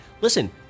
listen